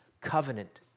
covenant